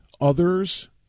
others